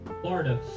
Florida